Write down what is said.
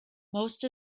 most